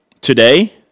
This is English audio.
today